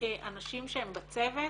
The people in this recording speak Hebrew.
אנשים שהם בצוות